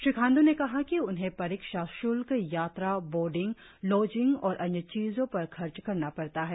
श्री खांडू ने कहा कि उन्हे परीक्षा श्ल्क यात्रा बोर्डिंग लॉजिंग और अन्य चीजो पर खर्च करना पड़ता है